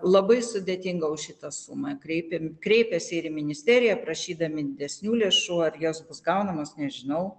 labai sudėtinga už šitą sumą kreipėme kreipėsi ir į ministeriją prašydami didesnių lėšų ar jos bus gaunamos nežinau